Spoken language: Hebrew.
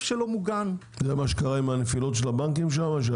שלו מוגן --- זה מה קרה עם הנפילות של הבנקים שם,